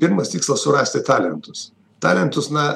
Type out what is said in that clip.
pirmas tikslas surasti talentus talentus na